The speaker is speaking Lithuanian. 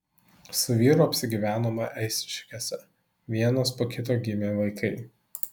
su vyru apsigyvenome eišiškėse vienas po kito gimė vaikai